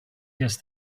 guess